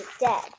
dead